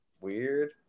Weird